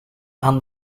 aan